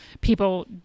people